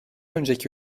önceki